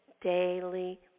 daily